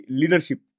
leadership